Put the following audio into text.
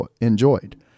enjoyed